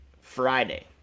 Friday